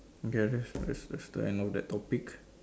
okay that's that's that's the end of that topic